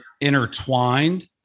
intertwined